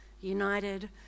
united